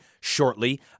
shortly